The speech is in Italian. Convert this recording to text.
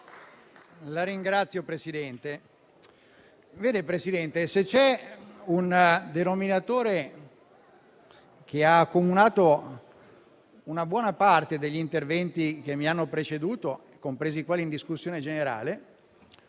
Signor Presidente, se c'è un denominatore che ha accomunato buona parte degli interventi che mi hanno preceduto, compresi quelli in discussione generale,